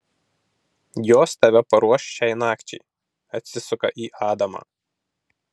jos tave paruoš šiai nakčiai atsisuka į adamą